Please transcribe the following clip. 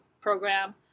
program